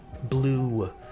blue